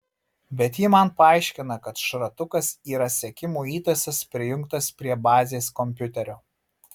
bet ji man paaiškina kad šratukas yra sekimo įtaisas prijungtas prie bazės kompiuterio